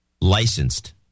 Licensed